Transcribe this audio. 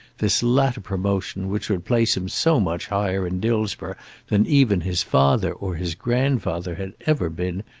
this latter promotion which would place him so much higher in dillsborough than even his father or his grandfather had ever been,